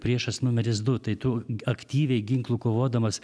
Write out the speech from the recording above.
priešas numeris du tai tu aktyviai ginklu kovodamas